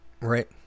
Right